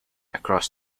across